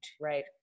Right